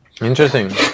Interesting